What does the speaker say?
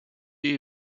die